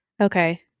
Okay